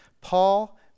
Paul